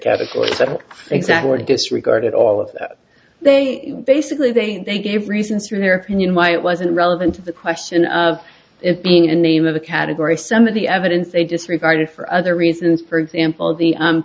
cataclysm exactly disregarded all of that they basically they they gave reasons for their opinion why it wasn't relevant to the question of it being a name of a category some of the evidence they disregarded for other reasons for example the